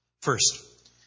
First